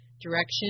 direction